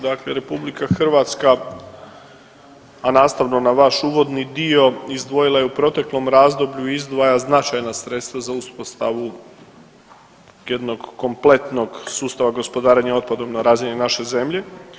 Dakle, RH, a nastavno na vaš uvodni dio izdvojila je u proteklom razdoblju izdvaja značajna sredstva za uspostavu jednog kompletnog sustava gospodarenja otpadom na razini naše zemlje.